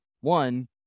one